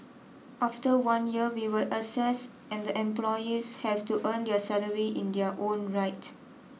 after one year we will assess and the employees have to earn their salary in their own right